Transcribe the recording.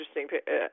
interesting